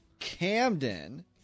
Camden